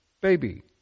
baby